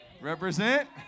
Represent